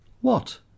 What